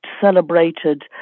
celebrated